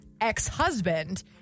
ex-husband